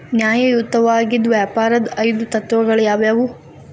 ನ್ಯಾಯಯುತವಾಗಿದ್ ವ್ಯಾಪಾರದ್ ಐದು ತತ್ವಗಳು ಯಾವ್ಯಾವು?